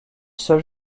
seul